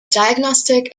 diagnostic